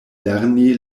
lerni